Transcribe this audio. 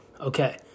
Okay